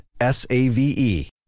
S-A-V-E